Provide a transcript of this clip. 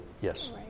yes